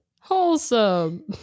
Wholesome